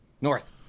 North